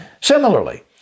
Similarly